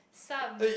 some